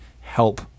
help